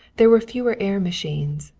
there were fewer air machines,